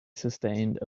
sustained